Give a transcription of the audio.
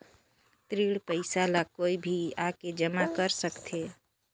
ऋण पईसा ला कोई भी आके जमा कर सकथे?